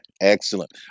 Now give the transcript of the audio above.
Excellent